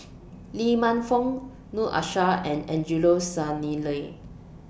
Lee Man Fong Noor Aishah and Angelo Sanelli